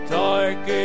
dark